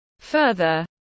Further